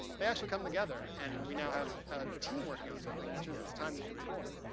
they actually come together. and we know have a team working on something, which is its time to deploy.